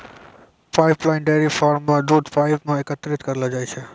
pipeline dairy farm म दूध pipe सें एकत्रित करलो जाय छै